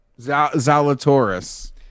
Zalatoris